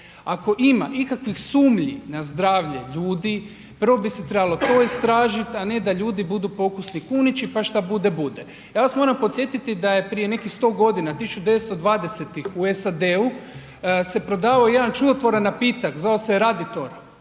Ako ima ikakvih sumnji na zdravlje ljudi, prvo bi se trebalo to istražiti, a ne da ljudi budu pokusni kunići, pa što bude bude. Ja vas moram podsjetiti da je prije nekih 100 godina 1920. u SAD-u se prodavao jedan čudotvoran napitak zvao se je Raditor,